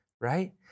right